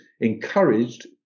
encouraged